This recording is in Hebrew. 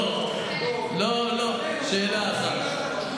לא, לא, שאלה אחת.